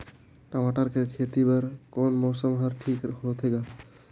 टमाटर कर खेती बर कोन मौसम हर ठीक होथे ग?